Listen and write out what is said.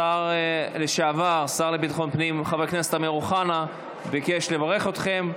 השר לביטחון הפנים לשעבר חבר הכנסת אמיר אוחנה ביקש לברך אתכם,